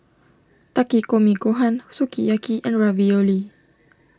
Takikomi Gohan Sukiyaki and Ravioli